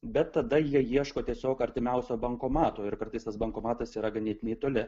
bet tada jie ieško tiesiog artimiausio bankomato ir kartais tas bankomatas yra ganėtinai toli